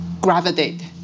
gravitate